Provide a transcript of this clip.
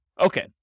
Okay